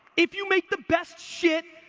if you make the best shit,